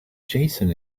jason